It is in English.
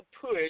push